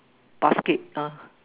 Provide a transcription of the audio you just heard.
basket ah